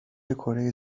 کره